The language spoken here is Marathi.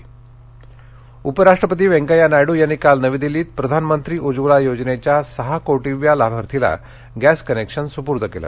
उज्ज्वला योजना उपराष्ट्रपती व्यकय्या नायडू यांनी काल नवी दिल्लीत प्रधानमत्री उज्ज्वला योजनेच्या सहा कोटीव्या लाभार्थीला गॅस कनेक्शन सुपूई केलं